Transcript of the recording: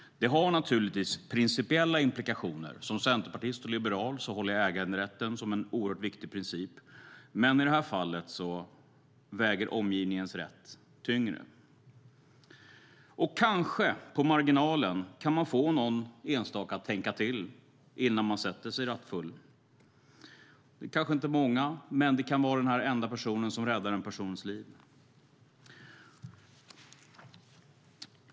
Det har naturligtvis principiella implikationer. Som centerpartist och liberal håller jag äganderätten som en oerhört viktig princip. Men i det här fallet väger omgivningens rätt tyngre. Kanske kan man också, på marginalen, få någon enstaka att tänka till innan de sätter sig och kör rattfulla. Det kanske inte är många, men det kan vara denna enda person som räddar en persons liv.